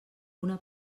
una